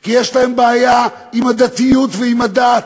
כי יש להם בעיה עם הדתיות ועם הדת,